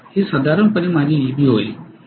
हे साधारणपणे माझे Eb होईल